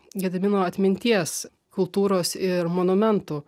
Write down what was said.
gedimino atminties kultūros ir monumentų